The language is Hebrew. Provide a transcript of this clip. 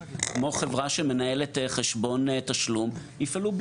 כמו חברה שמנהלת חשבון תשלום יפעלו בלי צו איסור הלבנת הון.